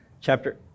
chapter